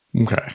Okay